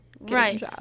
right